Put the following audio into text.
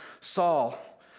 Saul